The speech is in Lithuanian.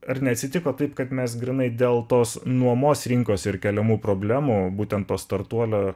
ar neatsitiko taip kad mes grynai dėl tos nuomos rinkos ir keliamų problemų būtent to startuolio